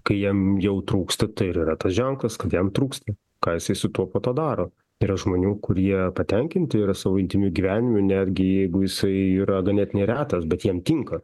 kai jam jau trūksta tai ir yra tas ženklas kad jam trūksta ką jisai su tuo po to daro yra žmonių kurie patenkinti yra savo intymiu gyvenimu netgi jeigu jisai yra ganėtinai retas bet jiem tinka